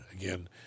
again